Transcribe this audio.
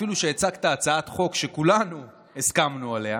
אפילו כשהצגת הצעת חוק שכולנו הסכמנו עליה,